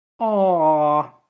aww